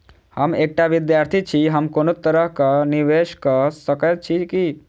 हम एकटा विधार्थी छी, हम कोनो तरह कऽ निवेश कऽ सकय छी की?